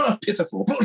pitiful